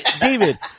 david